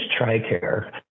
Tricare